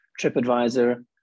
TripAdvisor